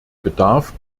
bedarf